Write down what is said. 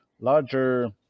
larger